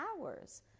hours